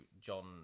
John